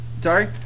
Sorry